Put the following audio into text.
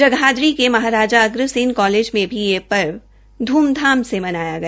जगाधरी के महाराजा अग्रसेन कालेज में यह ध्मधाम से मनाया गया